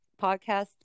podcast